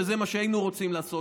שזה מה שהיינו רוצים לעשות,